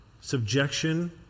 Subjection